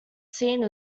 scene